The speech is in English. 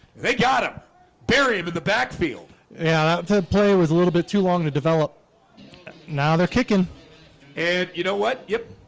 they got him bury him at the backfield yeah, play was a little bit too long to develop now they're kicking and you know what? yep,